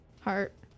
heart